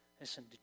listen